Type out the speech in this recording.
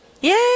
Yay